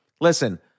listen